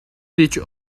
digit